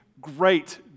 great